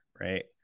Right